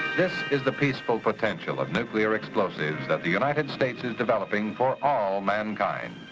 this is the peaceful potential of nuclear explosives that the united states is developing for all mankind.